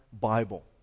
Bible